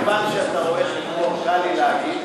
מכיוון שאתה רואה-חשבון קל לי להגיד,